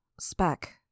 Spec